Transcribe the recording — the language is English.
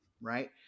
right